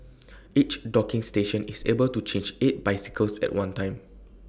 each docking station is able to charge eight bicycles at one time